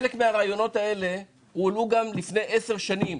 חלק מהרעיונות האלה הועלו גם לפני עשר שנים,